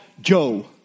Joe